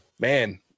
Man